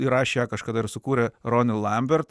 įrašė kažkada ir sukūrė rony lambert